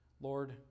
Lord